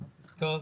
טוב.